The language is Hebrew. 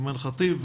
אימאן ח'טיב,